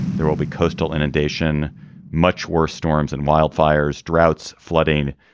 there will be coastal inundation much worse storms and wildfires droughts flooding